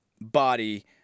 body